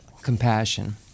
compassion